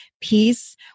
peace